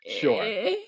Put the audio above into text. Sure